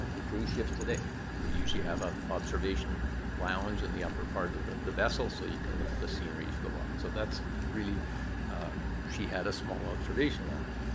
the cruise ships today they usually have a observation lounge in the upper part of the the vessel. so you can look at the scenery as you go by. so that's really she had a small observation lounge.